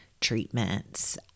treatments